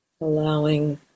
allowing